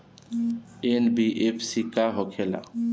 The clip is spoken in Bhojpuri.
एन.बी.एफ.सी का होंखे ला?